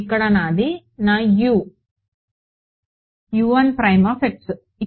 ఇక్కడ ఇది నా U